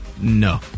No